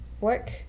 work